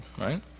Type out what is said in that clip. right